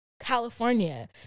California